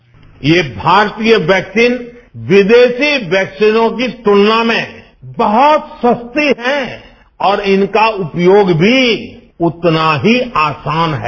bite ये भारतीय vaccine विदेशी वैक्सीनों की तुलना में बहुत सस्ती हैं और इनका उपयोग भी उतना ही आसान है